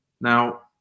Now